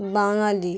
বাঙালি